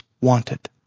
wanted